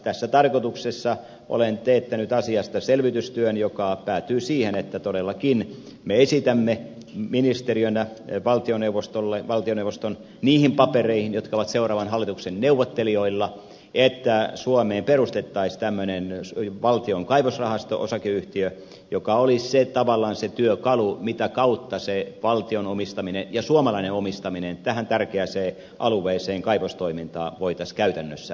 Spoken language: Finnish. tässä tarkoituksessa olen teettänyt asiasta selvitystyön joka päätyy siihen että todellakin me esitämme ministeriönä valtioneuvostolle valtioneuvoston niihin papereihin jotka ovat seuraavan hallituksen neuvottelijoilla että suomeen perustettaisiin tämmöinen valtion kaivosrahasto osakeyhtiö joka olisi tavallaan se työkalu mitä kautta valtion omistaminen ja suomalainen omistaminen tähän tärkeään alueeseen kaivostoimintaan voitaisiin käytännössä järjestää